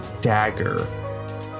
dagger